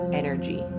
energy